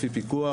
לפי פיקוח,